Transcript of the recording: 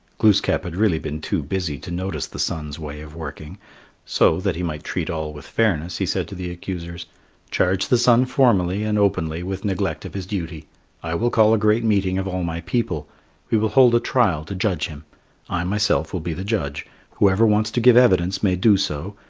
glooskap had really been too busy to notice the sun's way of working so, that he might treat all with fairness, he said to the accusers charge the sun formally and openly with neglect of his duty i will call a great meeting of all my people we will hold a trial to judge him i myself will be the judge whoever wants to give evidence may do so,